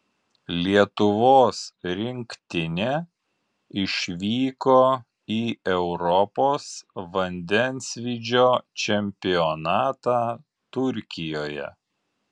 lietuvos rinktinė išvyko į europos vandensvydžio čempionatą turkijoje